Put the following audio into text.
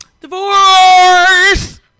divorce